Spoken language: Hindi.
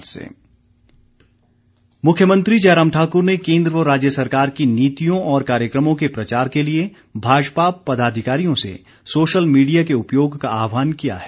मुख्यमंत्री मुख्यमंत्री जयराम ठाकुर ने केन्द्र व राज्य सरकार की नीतियों और कार्यक्रमों के प्रचार के लिए भाजपा पदाधिकारियों से सोशल मीडिया के उपयोग का आहवान किया है